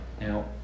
Now